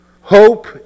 hope